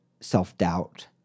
self-doubt